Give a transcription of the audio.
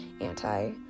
anti